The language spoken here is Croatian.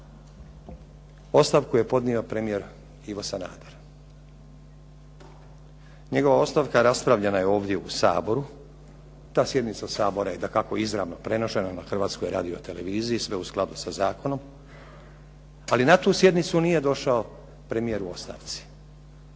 ostavku je podnio premijer Ivo Sanader. Njegova ostavka raspravljena je ovdje u Saboru, ta sjednica Sabora je dakako izravno prenošena na Hrvatskoj radioteleviziji sve u skladu sa zakonom, ali na tu sjednicu nije došao premijer u ostavci.